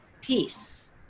peace